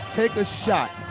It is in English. take a shot.